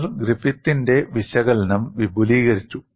അവർ ഗ്രിഫിത്തിന്റെ വിശകലനം വിപുലീകരിച്ചു